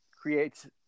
creates